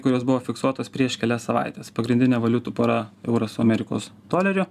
kurios buvo fiksuotos prieš kelias savaites pagrindinė valiutų pora euras su amerikos doleriu